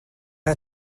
are